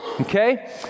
Okay